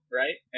right